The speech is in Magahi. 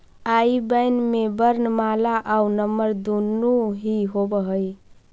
आई बैन में वर्णमाला आउ नंबर दुनो ही होवऽ हइ